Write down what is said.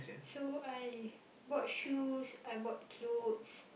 so I bought shoes I bought clothes